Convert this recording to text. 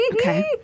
Okay